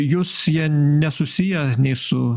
jus jie nesusiję nei su